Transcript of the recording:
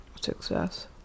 success